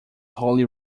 holy